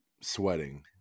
sweating